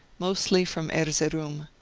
mostly from erzeroum,